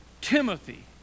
Timothy